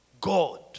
God